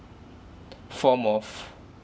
form of